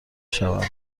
شوند